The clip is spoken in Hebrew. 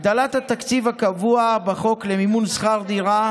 הגדלת התקציב הקבוע בחוק למימון שכר דירה,